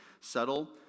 subtle